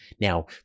Now